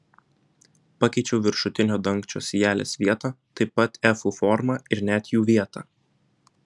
pakeičiau viršutinio dangčio sijelės vietą taip pat efų formą ir net jų vietą